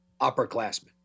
upperclassmen